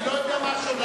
אני לא יודע מה שולל.